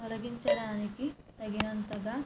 తొలగించడానికి తగిన అంతగా